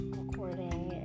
recording